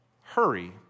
Hurry